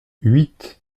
huit